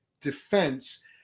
defense